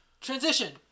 transition